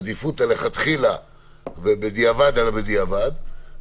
עדיפות מלכתחילה ובדיעבד על הבדיעבד.